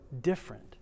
different